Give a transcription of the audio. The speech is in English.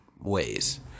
ways